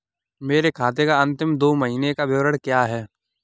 मेरे खाते का अंतिम दो महीने का विवरण क्या है?